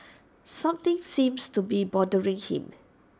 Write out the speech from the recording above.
something seems to be bothering him